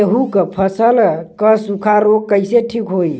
गेहूँक फसल क सूखा ऱोग कईसे ठीक होई?